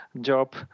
job